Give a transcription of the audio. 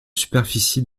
superficie